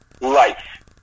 life